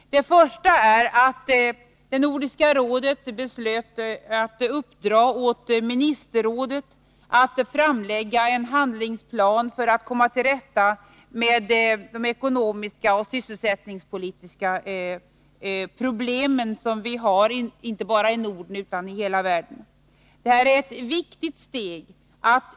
Det första är att Nordiska rådet beslöt att uppdra åt ministerrådet att framlägga en handlingsplan för att komma till rätta med de ekonomiska och sysselsättningspolitiska problem som vi har inte bara i Norden utan i hela världen. Detta är ett viktigt steg.